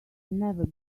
never